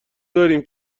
داریم